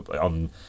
on